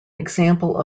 example